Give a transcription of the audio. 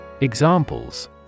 Examples